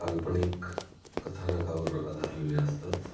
काल्पनिक कथानकावर आधारलेले असतात